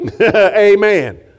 Amen